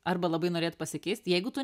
arba labai norėt pasikeist jeigu tu